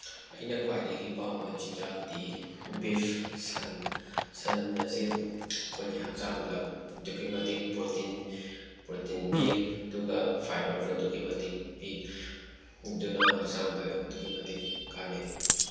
ꯑꯩꯅ ꯈ꯭ꯋꯥꯏꯗꯒꯤ ꯄꯥꯝꯕ ꯆꯤꯟꯖꯥꯛꯇꯤ ꯕꯤꯐ ꯁꯟ ꯁꯟ ꯑꯁꯦ ꯑꯩꯈꯣꯏꯒꯤ ꯍꯛꯆꯥꯡꯗ ꯑꯗꯨꯛꯀꯤ ꯃꯇꯤꯛ ꯄ꯭ꯔꯣꯇꯤꯟ ꯄ꯭ꯔꯣꯇꯤꯟ ꯄꯤ ꯑꯗꯨꯒ ꯐꯥꯏꯕꯔꯁꯨ ꯑꯗꯨꯛꯀꯤ ꯃꯇꯤꯛ ꯄꯤ ꯑꯗꯨꯅ ꯍꯛꯆꯥꯡꯗ ꯑꯗꯨꯛꯀꯤ ꯃꯇꯤꯛ ꯀꯥꯟꯅꯩ